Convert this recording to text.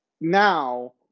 Now